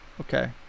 okay